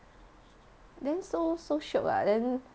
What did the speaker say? then so so shiok ah then